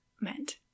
meant